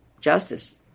justice